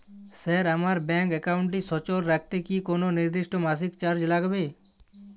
Sir আমার bank একাউন্টটি সচল রাখতে কি কোনো নির্দিষ্ট মাসিক চার্জ লাগবে?